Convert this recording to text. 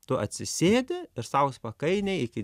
tu atsisėdi ir sau spakainiai iki